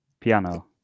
Piano